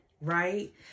right